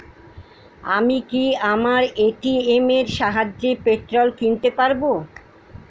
আমি কি আমার এ.টি.এম এর সাহায্যে পেট্রোল কিনতে পারব?